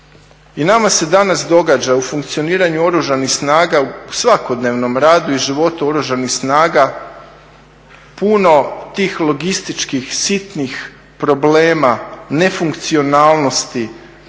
i nama se danas događa u funkcioniranju Oružanih snaga u svakodnevnom radu i životu oružanih snaga puno tih logističkih, sitnih problema, nefunkcionalnosti,